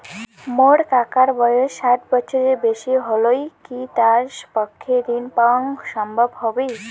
মোর কাকার বয়স ষাট বছরের বেশি হলই কি তার পক্ষে ঋণ পাওয়াং সম্ভব হবি?